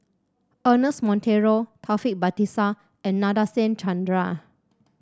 Ernest Monteiro Taufik Batisah and Nadasen Chandra